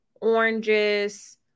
oranges